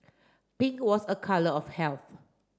pink was a colour of health